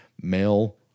male